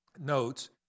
notes